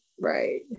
right